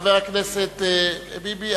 חבר הכנסת ביבי,